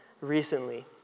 recently